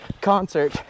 concert